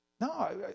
no